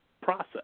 process